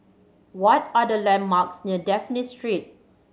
what are the landmarks near Dafne Street